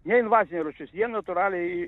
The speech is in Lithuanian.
ne invazinė rūšis jie natūraliai